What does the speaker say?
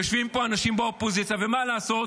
יושבים פה אנשים באופוזיציה, ומה לעשות?